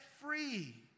free